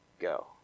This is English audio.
go